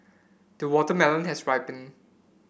the watermelon has ripened